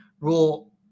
rule